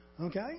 Okay